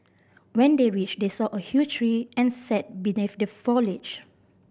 when they reached they saw a huge tree and sat beneath the foliage